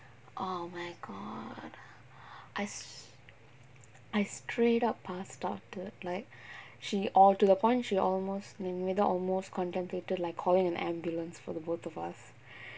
oh my god I straight up passed out that night she all to the point she almost in the middle almost contemplated like calling an ambulance for the both of us